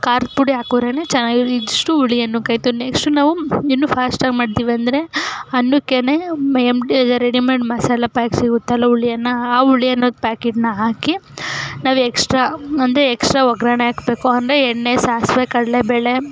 ಖಾರದ ಪುಡಿ ಹಾಕಿದ್ರೇನೆ ಚೆನ್ನಾಗಿ ಇದಿಷ್ಟು ಹುಳಿ ಅನ್ನಕ್ಕಾಯಿತು ನೆಕ್ಸ್ಟು ನಾವು ಇನ್ನು ಫಾಸ್ಟಾಗಿ ಮಾಡ್ತೀವೆಂದ್ರೆ ಅನ್ನಕ್ಕೇನೆ M T R readymade masala pack ಸಿಗುತ್ತಲ್ಲ ಹುಳಿ ಅನ್ನ ಆ ಹುಳಿ ಅನ್ನದ ಪ್ಯಾಕೆಟ್ಟನ್ನ ಹಾಕಿ ನಾವು ಎಕ್ಸ್ಟ್ರಾ ಅಂದರೆ ಎಕ್ಸ್ಟ್ರಾ ಒಗ್ಗರಣೆ ಹಾಕ್ಬೇಕು ಅಂದರೆ ಎಣ್ಣೆ ಸಾಸಿವೆ ಕಡಲೆಬೇಳೆ